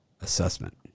assessment